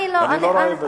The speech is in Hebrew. אני לא רואה בזה,